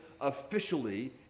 officially